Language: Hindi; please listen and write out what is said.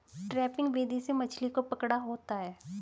ट्रैपिंग विधि से मछली को पकड़ा होता है